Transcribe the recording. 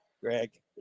Greg